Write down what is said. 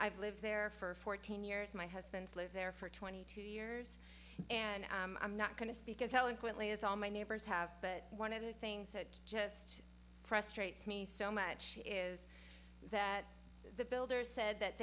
i've lived there for fourteen years my husband's lived there for twenty two years and i'm not going to speak as helen quickly as all my neighbors have but one of the things that just frustrates me so much is that the builders said that